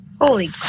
Holy